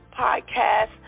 Podcast